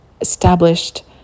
established